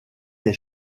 est